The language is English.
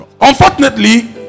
Unfortunately